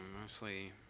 mostly